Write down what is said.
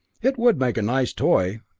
it would make a nice toy,